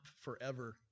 forever